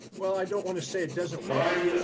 well, i don't want to say it doesn't work.